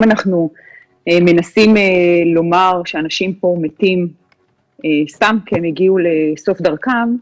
אם אנחנו מנסים לומר שאנשים פה סתם כי הם הגיעו לסוף דרכם,